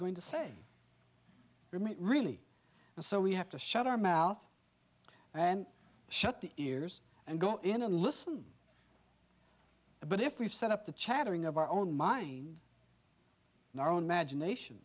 going to say we might really and so we have to shut our mouth and shut the ears and go in and listen but if we've set up the chattering of our own mind in our own magination